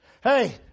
Hey